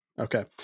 Okay